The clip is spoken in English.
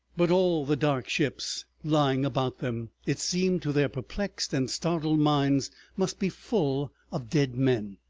but all the dark ships lying about them, it seemed to their perplexed and startled minds must be full of dead men!